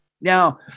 Now